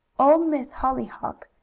old miss hollyhock,